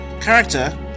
Character